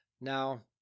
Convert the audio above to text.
Now